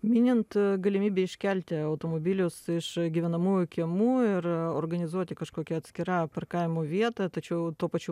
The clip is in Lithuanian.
minint galimybę iškelti automobilius iš gyvenamųjų kiemų ir organizuoti kažkokią atskirą parkavimo vietą tačiau tuo pačiu